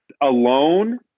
alone